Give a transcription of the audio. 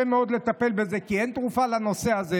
קשה מאוד לטפל בזה כי אין תרופה לנושא הזה.